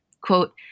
Quote